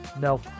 No